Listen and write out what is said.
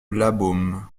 labeaume